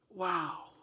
wow